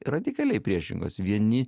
radikaliai priešingos vieni